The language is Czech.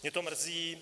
Mě to mrzí.